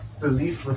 belief